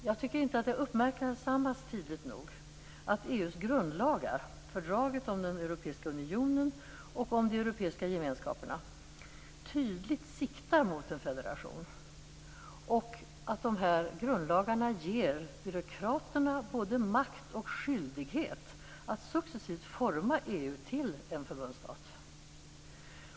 Jag tycker inte att det har uppmärksammats tydligt nog att EU:s grundlagar, fördraget om den europeiska unionen och om de europeiska gemenskaperna, tydligt siktar mot en federation. Dessa grundlagar ger byråkraterna både makt och skyldighet att successivt forma EU till en förbundsstat.